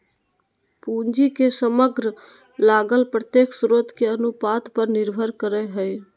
पूंजी के समग्र लागत प्रत्येक स्रोत के अनुपात पर निर्भर करय हइ